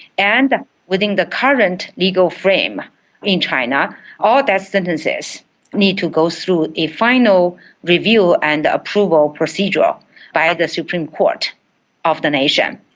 and within the current legal frame in china all death sentences need to go through a final review and approval procedure by ah the supreme court of the nation.